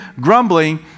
grumbling